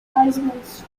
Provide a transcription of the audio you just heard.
advertisements